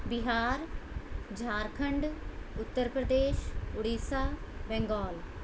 Bihar Jharkhand Uttar Pradesh Odisha Bengal